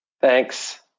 Thanks